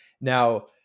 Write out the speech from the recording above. Now